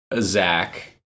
Zach